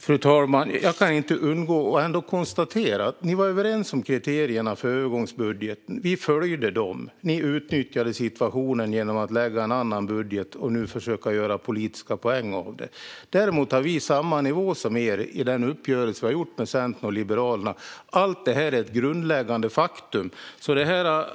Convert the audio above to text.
Fru talman! Jag kan inte undgå att konstatera vissa saker. Vi och ni var överens om kriterierna för övergångsbudgeten. Vi följde dem. Ni utnyttjade situationen genom att lägga fram en annan budget och försöka göra politiska poänger på det. Vi har dock samma nivå som ni i den uppgörelse vi har gjort med Centern och Liberalerna. Allt detta är grundläggande fakta.